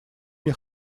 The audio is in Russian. мне